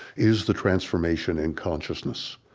is the transformation in consciousness.